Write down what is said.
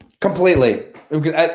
Completely